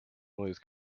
always